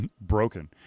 broken